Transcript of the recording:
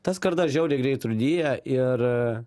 ta skarda žiauriai greit rudyja ir